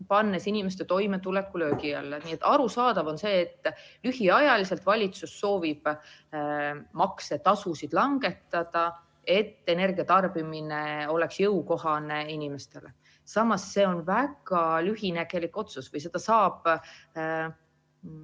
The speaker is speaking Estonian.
pannes inimeste toimetuleku löögi alla. Arusaadav on see, et lühiajaliselt valitsus soovib maksetasusid langetada, et energia tarbimine oleks inimestele jõukohane. Samas, see on väga lühinägelik otsus, seda saab